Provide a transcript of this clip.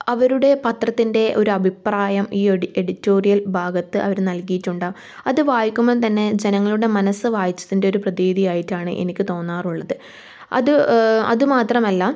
അവരുടെ പത്രത്തിൻ്റെ ഒരഭിപ്രായം ഈ എഡിറ്റോറിയൽ ഭാഗത്ത് അവർ നൽകിയിട്ടുണ്ടാവും അത് വായിക്കുമ്പോൾ തന്നെ ജനങ്ങളുടെ മനസ്സ് വായിച്ചതിൻ്റെ ഒരു പ്രതീതിയായിട്ടാണ് എനിക്ക് തോന്നാറുള്ളത് അത് അത് മാത്രമല്ല